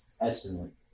estimate